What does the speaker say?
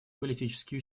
политические